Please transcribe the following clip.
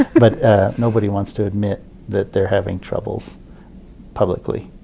but ah nobody wants to admit that they're having troubles publicly.